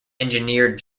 engineered